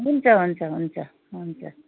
हुन्छ हुन्छ हुन्छ हुन्छ